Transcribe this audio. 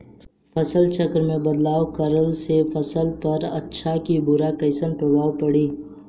फसल चक्र मे बदलाव करला से फसल पर अच्छा की बुरा कैसन प्रभाव पड़ी?